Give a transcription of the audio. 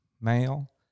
male